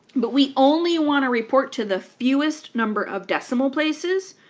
but we only want to report to the fewest number of decimal places,